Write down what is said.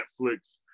Netflix